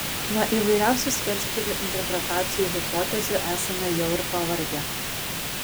nuo įvairiausių skerspjūvių interpretacijų hipotezių esame jau ir pavargę